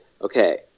okay